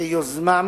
שייזומם,